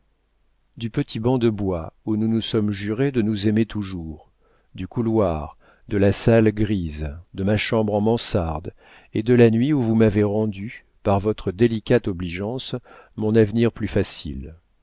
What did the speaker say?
du petit banc de bois où nous nous sommes juré de nous aimer toujours du couloir de la salle grise de ma chambre en mansarde et de la nuit où vous m'avez rendu par votre délicate obligeance mon avenir plus facile